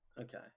Okay